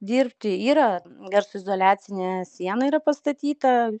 dirbti yra garso izoliacinė siena yra pastatyta